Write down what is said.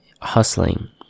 hustling